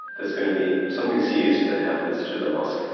there's going to be something serious that happens to the mosque,